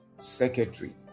Secretary